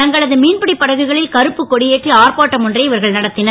தங்கள து மீன்பிடி படகுகளில் கருப்பு கொடியேற்றி ஆர்ப்பாட்டம் ஒன்றை இவர்கள் நடத் னர்